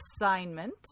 Assignment